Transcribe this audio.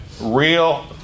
real